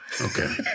Okay